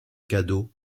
cadeau